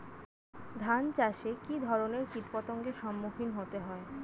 ধান চাষে কী ধরনের কীট পতঙ্গের সম্মুখীন হতে হয়?